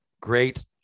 great